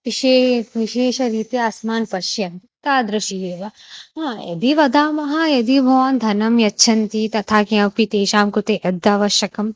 विशेषः विशेषरीत्या अस्मान् पश्यन्ति तादृशः एव ह यदि वदामः यदि भवान् धनं यच्छन्ति तथा किमपि तेषां कृते यद् आवश्यकं